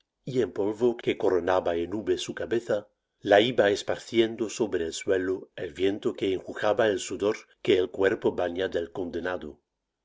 y en polvo que coronaba en nube su cabeza la iba esparciendo sobre el suelo el viento que enjugaba el sudor que el cuerpo baña del condenado